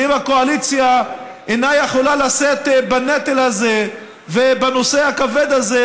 ואם הקואליציה אינה יכולה לשאת בנטל הזה ובנושא הכבד הזה,